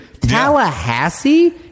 Tallahassee